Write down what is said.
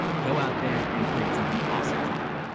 go out there and create something awesome today.